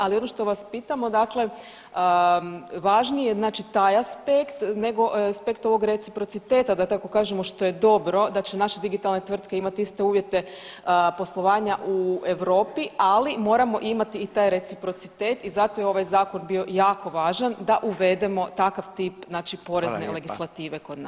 Ali ono što vas pitamo dakle važnije, znači taj aspekt nego aspekt ovog reciprociteta da tako kažemo što je to dobro da će naše digitalne tvrtke imat iste uvjete poslovanja u Europi, ali moramo imati i taj reciprocitet i zato je ovaj zakon bio jako važan da uvedemo takav tip znači porezne legislative kod nas.